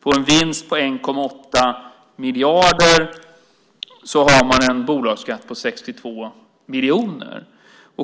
På en vinst på 1,8 miljarder har man alltså en bolagsskatt på 62 miljoner.